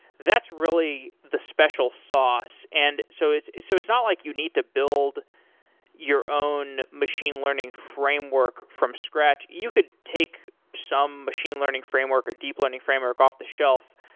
that's really the special sauce. and so it's it's so not like you need to build your own machine learning framework from scratch, you could take some machine learning framework or deep learning framework off-the-shelf.